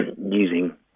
using